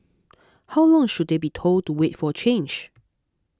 how long should they be told to wait for change